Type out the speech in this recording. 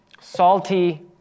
Salty